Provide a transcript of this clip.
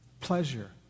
pleasure